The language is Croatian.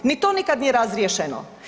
Ni to nikada nije razriješeno.